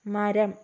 മരം